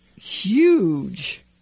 huge